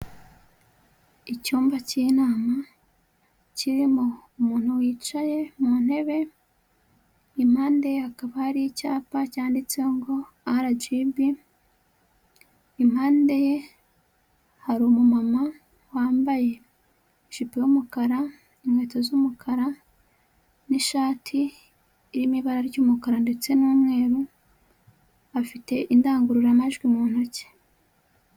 Icyumba cy'inama kirimo umuntu wicaye mu ntebe impande hakaba ari icyapa cyanditseho ngo arajibi, impande ye hari umumama wambaye ijipo y'umukara, inkweto z'umukara, n'ishati irimo ibara ry'umukara ndetse n'umweru afite indangururamajwi mu ntoki.